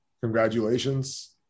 congratulations